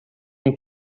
been